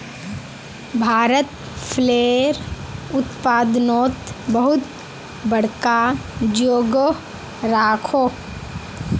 भारत फलेर उत्पादनोत बहुत बड़का जोगोह राखोह